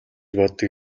боддог